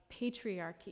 patriarchy